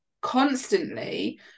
constantly